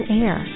air